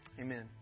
Amen